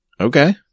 okay